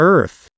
Earth